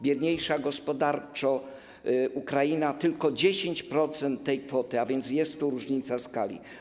Biedniejsza gospodarczo Ukraina - tylko 10% tej kwoty, a więc jest tu różnica skali.